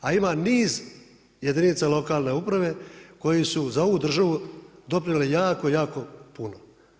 A ima niz jedinica lokalne uprave koji su za ovu državu doprinijele jako, jako puno.